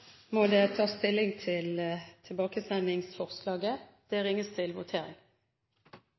må Stortinget ta stilling til tilbakesendingsforslaget. Da er Stortinget klar til å gå til votering